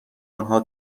آنها